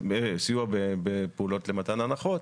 סיוע בפעולות למתן הנחות,